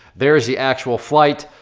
there is the actual flight.